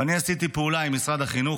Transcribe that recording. ואני עשיתי פעולה עם משרד החינוך,